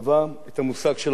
את המושג של "אחרי",